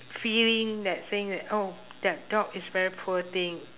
feeling that's saying that oh that dog is very poor thing